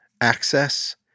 access